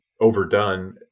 overdone